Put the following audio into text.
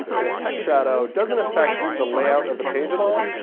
and a text shadow doesn't affect the layout of the page at all.